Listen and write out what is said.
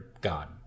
God